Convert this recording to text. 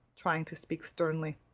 trying to speak sternly,